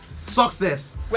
success